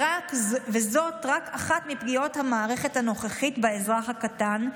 זאת רק אחת מפגיעות המערכת הנוכחית באזרח הקטן,